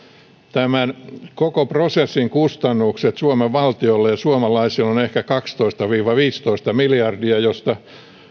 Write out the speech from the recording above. tämän koko prosessin kustannukset suomen valtiolle ja suomalaisille ovat ehkä kaksitoista viiva viisitoista miljardia josta